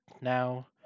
now